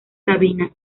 sabina